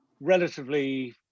relatively